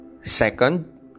Second